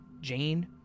Jane